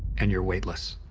and you're weightless.